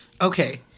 Okay